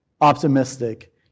optimistic